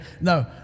No